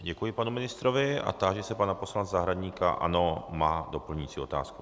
Děkuji panu ministrovi a táži se pana poslance Zahradníka ano, má doplňující otázku.